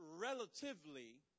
relatively